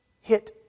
hit